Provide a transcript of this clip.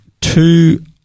two